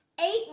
eight